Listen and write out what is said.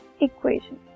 equation